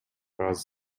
аялдар